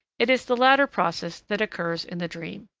it is the latter process that occurs in the dream.